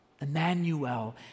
Emmanuel